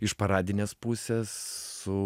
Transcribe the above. iš paradinės pusės su